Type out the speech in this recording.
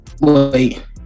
wait